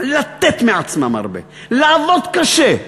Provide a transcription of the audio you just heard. לתת מעצמם הרבה, לעבוד קשה,